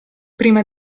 prima